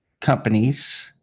companies